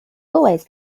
always